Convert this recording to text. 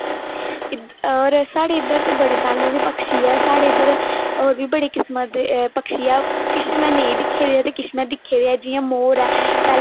और साढ़े इद्धर दे बडे़ सालें दे पक्षी ऐ साढ़े इद्धर और बी बडे़ किस्मा दे पक्षी ऐ किछ में नेंई दिक्खे दे ते किश में दिक्खे दे जियां मौर ऐ